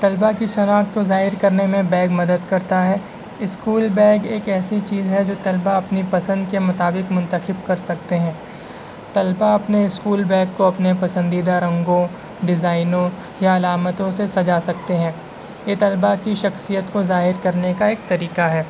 طلباء کی شناخت کو ظاہر کرنے میں بیگ مدد کرتا ہے اسکول بیگ ایک ایسی چیز ہے جو طلباء اپنی پسند کے مطابق منتخب کر سکتے ہیں طلباء اپنے اسکول بیگ کو اپنے پسندیدہ رنگوں ڈیزائنوں یا علامتوں سے سجا سکتے ہیں یہ طلباء کی شخصیت کو ظاہر کرنے کا ایک طریقہ ہے